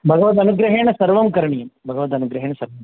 भगवदनुग्रहेण सर्वं करणीयं भगवदनुग्रहेण सर्वं करणीयं